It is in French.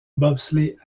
bobsleigh